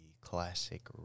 classic